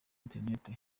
interineti